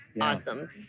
Awesome